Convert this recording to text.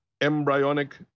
embryonic